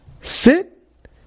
Sit